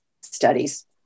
studies